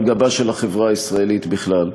על גבה של החברה הישראלית בכלל.